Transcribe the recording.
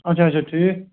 اَچھا اَچھا ٹھیٖک